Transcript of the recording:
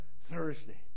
Thursday